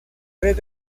tres